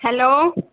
hello